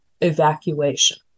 evacuation